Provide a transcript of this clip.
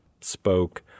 spoke